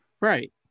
Right